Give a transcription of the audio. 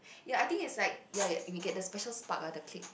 ya I think it's like ya ya we get the special spark ah the click